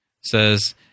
says